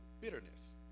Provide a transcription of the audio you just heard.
bitterness